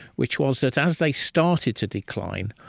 which was that as they started to decline,